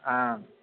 आम्